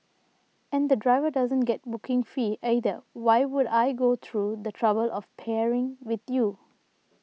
and the driver doesn't get booking fee either why would I go through the trouble of pairing with you